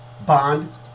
Bond